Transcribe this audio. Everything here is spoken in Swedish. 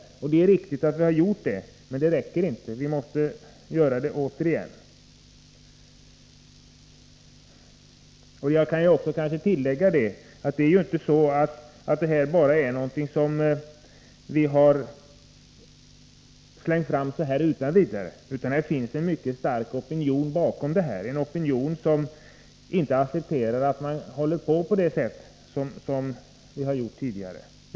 Det är riktigt, men det räcker inte — vi måste göra det återigen. Jag kan tillägga att detta förslag inte är någonting som vi bara slängt fram utan vidare — det finns en mycket stark opinion som inte accepterar att man håller på med djurförsök på det sätt som man gjort hittills.